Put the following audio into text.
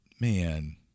man